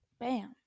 Bam